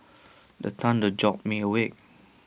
the thunder jolt me awake